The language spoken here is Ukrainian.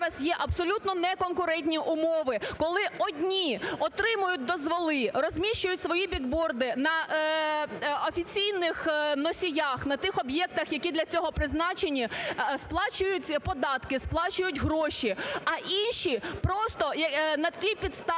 зараз є абсолютно неконкурентні умови, коли одні отримують дозволи, розміщують свої біг-борди на офіційних носіях, на тих об'єктах, які для цього призначені, сплачують податки, сплачують гроші, а інші просто на тій підставі,